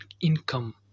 income